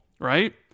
right